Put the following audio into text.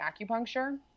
acupuncture